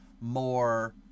more